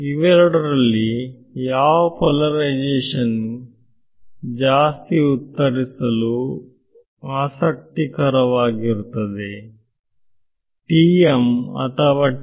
ಇವೆರಡರಲ್ಲಿ ಯಾವ ಪೋಲಾರೈಸೇಶನ್ ಜಾಸ್ತಿ ಉತ್ತರಿಸಲು ಆಸಕ್ತಿಕರ ವಾಗಿರುತ್ತದೆ TM ಅಥವಾ TE